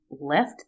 left